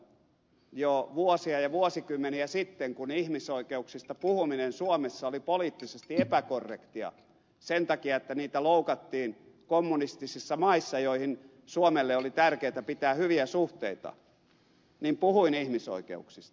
päinvastoin jo vuosia ja vuosikymmeniä sitten kun ihmisoikeuksista puhuminen suomessa oli poliittisesti epäkorrektia sen takia että niitä loukattiin kommunistisissa maissa joihin suomelle oli tärkeätä pitää hyviä suhteita puhuin ihmisoikeuksista